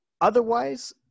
Otherwise